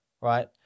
right